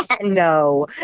No